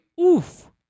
oof